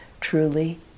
truly